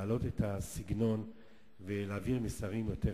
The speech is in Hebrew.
להעלות את הסגנון ולהעביר מסרים יותר חינוכיים.